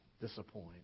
disappoint